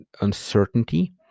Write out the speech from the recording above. uncertainty